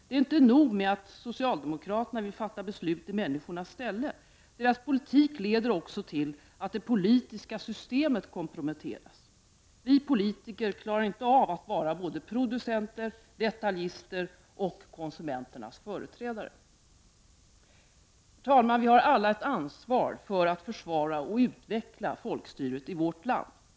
Det är inte nog med att socialdemokraterna vill fatta beslut i människornas ställe, deras politik leder också till att det politiska systemet komprometteras. Vi politiker klarar inte av att vara både producenter och detaljister och dessutom konsumenternas företrädare. Herr talman! Vi har alla ett ansvar för att försvara och utveckla folkstyret i vårt land.